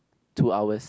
two hours